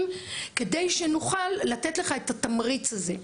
כדי שנוכל לתת לך את התמריץ הזה.